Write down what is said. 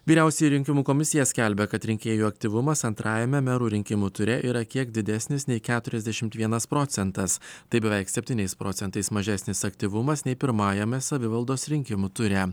vyriausioji rinkimų komisija skelbia kad rinkėjų aktyvumas antrajame merų rinkimų ture yra kiek didesnis nei keturiasdešimt vienas procentas tai beveik septyniais procentais mažesnis aktyvumas nei pirmajame savivaldos rinkimų ture